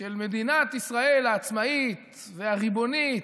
של מדינת ישראל העצמאית והריבונית,